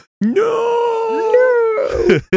No